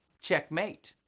checkmate!